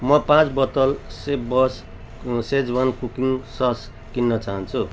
म पाँच बोतल सेपबस सेजवन कुकिङ सस किन्न चाहन्छु